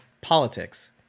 politics